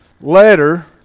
letter